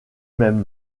même